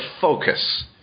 focus